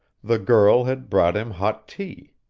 the girl had brought him hot tea.